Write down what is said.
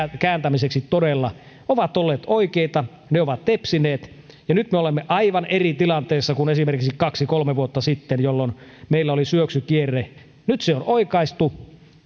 kääntämiseksi todella ollaan lähdetty tekemään ovat olleet oikeita ja ovat tepsineet ja nyt me olemme aivan eri tilanteessa kuin esimerkiksi kaksi kolme vuotta sitten jolloin meillä oli syöksykierre nyt se on oikaistu